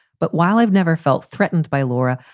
but while i've never felt threatened by laura,